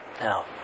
Now